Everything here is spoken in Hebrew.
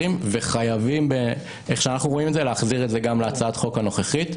וחייבים להחזיר את זה להצעת החוק הנוכחית.